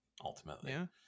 Ultimately